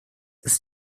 ist